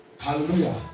Hallelujah